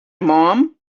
mom